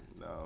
No